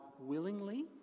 willingly